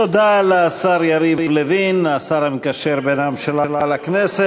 תודה לשר יריב לוין, השר המקשר בין הממשלה לכנסת.